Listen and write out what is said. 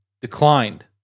declined